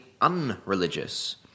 unreligious